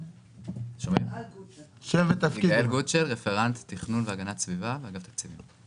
אני רפרנט תכנון והגנת הסביבה באגף התקציבים.